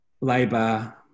labour